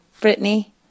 Brittany